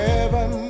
Heaven